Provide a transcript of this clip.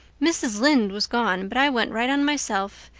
mrs. lynde was gone, but i went right on myself.